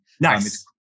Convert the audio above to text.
Nice